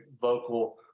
vocal